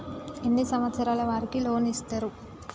ఎన్ని సంవత్సరాల వారికి లోన్ ఇస్తరు?